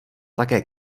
také